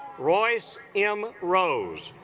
royce m rows